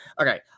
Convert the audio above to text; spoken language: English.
Okay